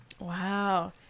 Wow